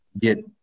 get